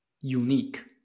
unique